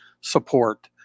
support